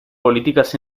políticas